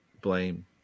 blame